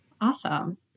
Awesome